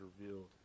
revealed